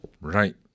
Right